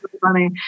funny